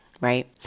right